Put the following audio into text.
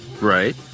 Right